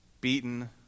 beaten